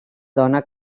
dona